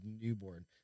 newborn